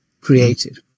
created